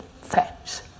facts